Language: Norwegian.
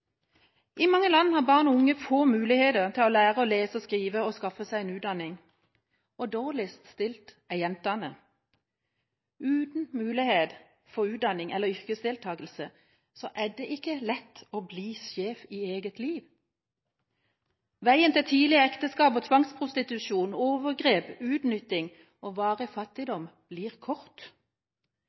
I mange land har barn og unge få muligheter til å lære å lese og skrive og skaffe seg en utdanning. Dårligst stilt er jentene. Uten mulighet for utdanning eller yrkesdeltagelse er det ikke lett å bli sjef i eget liv. Veien til tidlig ekteskap og tvangsprostitusjon, overgrep, utnytting og varig fattigdom blir kort.